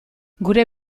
gure